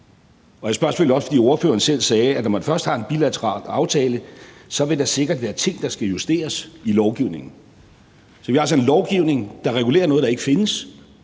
Jeg spørger selvfølgelig også, fordi ordføreren selv sagde, at når man først har en bilateral aftale, så vil der sikkert være ting, der skal justeres i lovgivningen. Så vi har altså en lovgivning, der regulerer noget, der ikke findes,